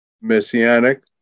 Messianic